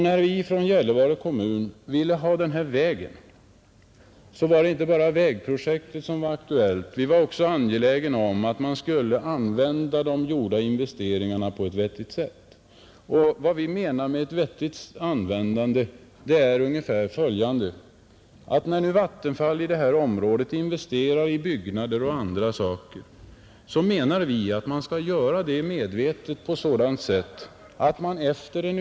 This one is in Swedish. När vi från Gällivare kommun ville ha denna väg var det inte bara själva vägprojektet som var aktuellt för oss, utan vi var också angelägna om att de gjorda investeringarna skulle användas på ett vettigt sätt. Med ett vettigt användande menar vi ungefär följande: När nu Vattenfall investerar i byggnader och annat i detta område anser vi att detta medvetet skall göras på sådant sätt att dessa byggnader etc.